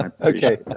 Okay